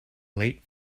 late